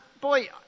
boy